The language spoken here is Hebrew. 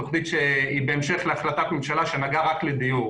תכנית שהיא בהמשך להחלטת ממשלה שנגעה רק לדיור